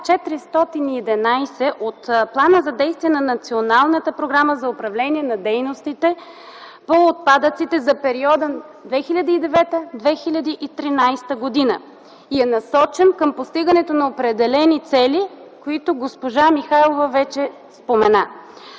411 от Плана за действие на Националната програма за управление на дейностите по отпадъците за периода 2009-2013 г. и е насочен към постигането на определени цели, които госпожа Михайлова вече спомена.